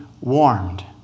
warmed